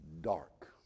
dark